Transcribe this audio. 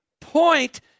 point